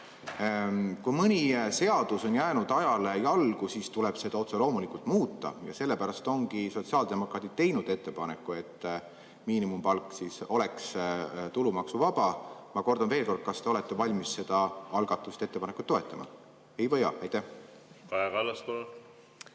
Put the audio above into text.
Kui mõni seadus on jäänud ajale jalgu, siis tuleb seda otse loomulikult muuta. Sellepärast ongi sotsiaaldemokraadid teinud ettepaneku, et miinimumpalk oleks tulumaksuvaba. Ma küsin veel kord: kas te olete valmis seda algatust ja ettepanekut toetama? Ei või jaa? Lugupeetud Riigikogu